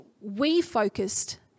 we-focused